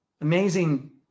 amazing